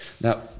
Now